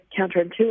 counterintuitive